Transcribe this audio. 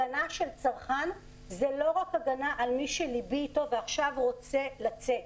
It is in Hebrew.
הגנה של צרכן זה לא רק הגנה על מי שליבי איתו ועכשיו רוצה לצאת,